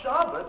Shabbat